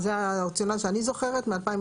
זה הרציונל שאני זוכרת מ-2021.